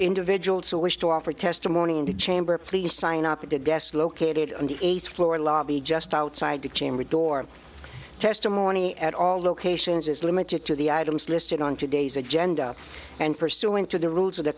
individuals who wish to offer testimony in the chamber please sign up at the desk located on the eighth floor lobby just outside the chamber door testimony at all locations is limited to the items listed on today's agenda and pursuant to the rules of the